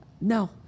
no